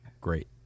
great